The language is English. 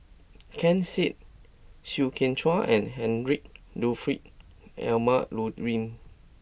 Ken Seet Chew Kheng Chuan and Heinrich Ludwig Emil Luering